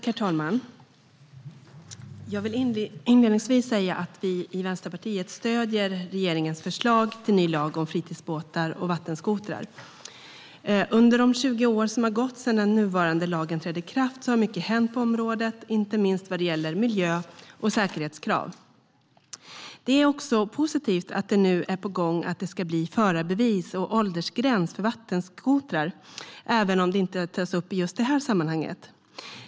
Herr talman! Jag vill inledningsvis säga att vi i Vänsterpartiet stöder regeringens förslag till ny lag om fritidsbåtar och vattenskotrar. Under de 20 år som har gått sedan den nuvarande lagen trädde i kraft har mycket hänt på området, inte minst vad gäller miljö och säkerhetskrav. Det är också positivt att det nu är på gång att det ska bli förarbevis och åldersgräns för vattenskotrar, även om det inte tas upp i just det här sammanhanget.